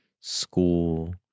school